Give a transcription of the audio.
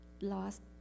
lost